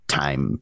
time